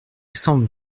semble